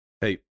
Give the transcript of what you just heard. Hey